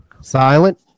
silent